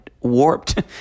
warped